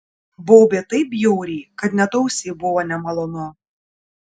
baubė taip bjauriai kad net ausiai buvo nemalonu